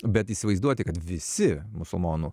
bet įsivaizduoti kad visi musulmonų